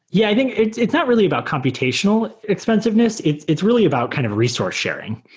yeah. i think it's it's not really about computational expensiveness. it's it's really about kind of resource sharing.